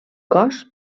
cos